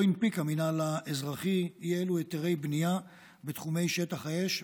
לא הנפיק המינהל האזרחי אי אילו היתרי בנייה בתחומי שטח האש,